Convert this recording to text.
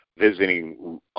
Visiting